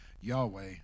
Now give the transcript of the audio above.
Yahweh